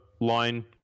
line